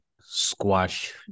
squash